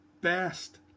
best